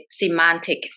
semantic